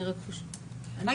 אני רק פשוט מבקשת להעיר --- רגע,